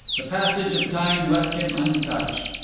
the passage of time left him untouched.